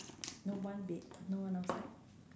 no one be~ no one outside